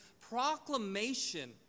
proclamation